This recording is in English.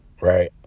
right